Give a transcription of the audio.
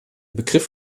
begriff